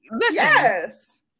yes